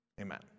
Amen